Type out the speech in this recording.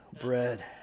Bread